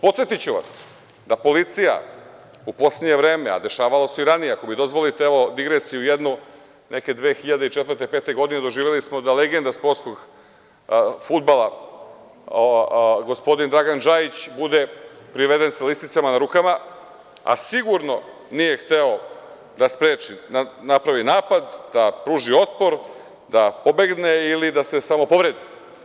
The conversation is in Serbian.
Podsetiću vas da policija u poslednje vreme, a dešavalo se i ranije, ako mi dozvolite, evo digresiju jednu, neke 2004, 2005. godine, doživeli smo da legenda sportskog fudbala, gospodin Dragan Džajić bude priveden sa lisicama na rukama, a sigurno nije hteo da spreči, da napravi napad, da pruži otpor, da pobegne, ili da se samopovredi.